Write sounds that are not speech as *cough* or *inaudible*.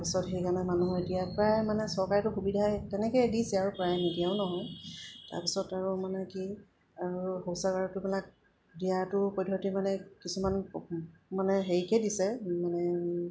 তাৰপিছত সেইকাৰণে মানুহৰ এতিয়া প্ৰায় মানে চৰকাৰেতো সুবিধা তেনেকৈয়ে দিছে আৰু প্ৰায় নিদিয়াও নহয় তাৰপিছত আৰু মানে কি আৰু শৌচাগাৰবিলাক দিয়াটো পদ্ধতি মানে *unintelligible* কিছুমান মানে হেৰিকৈয়ে দিছে মানে